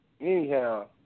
Anyhow